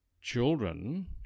children